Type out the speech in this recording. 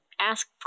ask